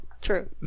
True